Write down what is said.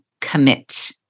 commit